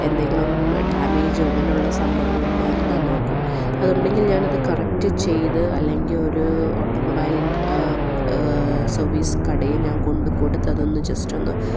എന്തെങ്കിലും ഡാമേജോ അങ്ങനെയുള്ള സംഭവങ്ങളുണ്ടോന്ന് ഞാൻ നോക്കും അതുണ്ടെങ്കിൽ ഞാൻ അത് കറക്റ്റ് ചെയ്ത് അല്ലെങ്കിൽ ഒരു ഓട്ടോ മൊബൈൽൻ സർവീസ് കൂടെ ഞാൻ കൊണ്ട് കൊടുത്ത് അതൊന്ന് ജെസ്റ്റ ഒന്ന്